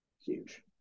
huge